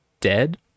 dead